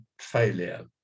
failure